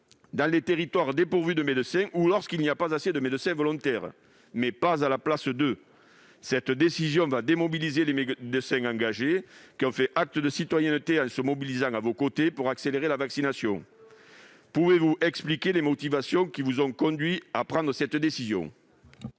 dans les territoires dépourvus de médecins ou lorsqu'il n'y a pas assez de médecins volontaires, et non pas à leur place ? Cette décision va démobiliser les médecins engagés qui ont fait acte de citoyenneté en se mobilisant à vos côtés pour accélérer la vaccination. Monsieur le ministre, pouvez-vous nous expliquer les motivations qui vous ont conduit à prendre cette décision ?